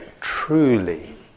truly